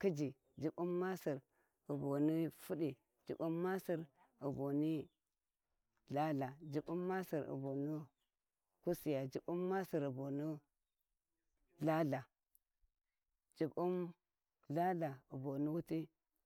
Jibbun maha boni khi jibbun masir boni lthaltha jibbun lthaltha boni wuti